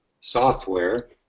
software